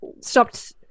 stopped